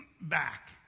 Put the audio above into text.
back